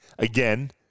Again